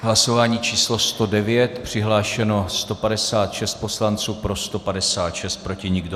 Hlasování číslo 109, přihlášeno 156 poslanců, pro 156, proti nikdo.